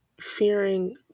fearing